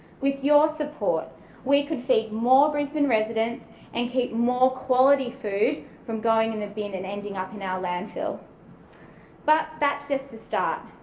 with your support we could feed more brisbane residents and keep more quality food from going in the bin and ending up in our landfill but that's just the start.